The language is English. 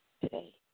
today